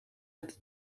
het